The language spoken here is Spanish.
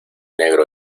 negro